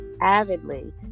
avidly